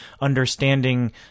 understanding